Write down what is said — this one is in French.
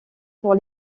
pour